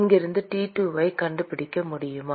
இங்கிருந்து T2 ஐக் கண்டுபிடிக்க முடியுமா